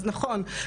אז נכון.